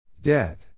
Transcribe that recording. Dead